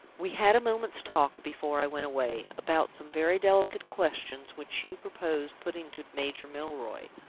we had a moment's talk, before i went away, about some very delicate questions which you proposed putting to major milroy.